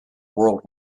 world